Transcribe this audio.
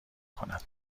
کند